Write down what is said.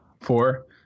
Four